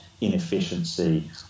inefficiency